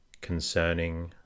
concerning